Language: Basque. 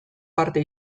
parte